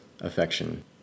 affection